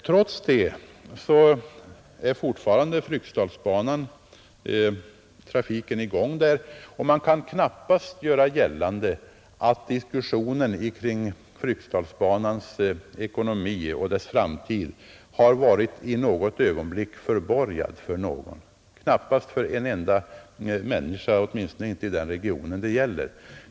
Trots detta är trafiken i gång på Fryksdalsbanan, och man kan knappast göra gällande att diskussionen om Fryksdalsbanans ekonomioch framtid har varit i något ögonblick förborgad för någon, knappast för en enda människa — åtminstone inte för någon i den region det gäller.